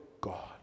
God